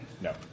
No